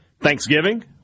Thanksgiving